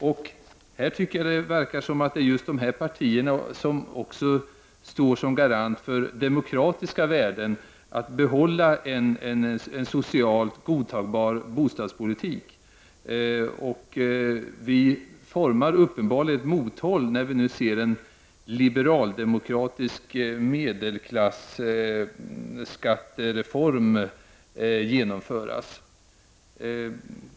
Det förefaller som att det är just dessa tre partier som också står som garanter för demokratiska värden, nämligen att behålla en socialt godtagbar bostadspolitik. Vi formerar uppenbarligen ett ett mothåll när vi nu ser en liberaldemokratisk medelklasskattereform genomföras.